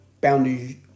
boundaries